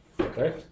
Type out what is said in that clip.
Okay